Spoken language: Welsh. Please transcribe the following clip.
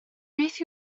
beth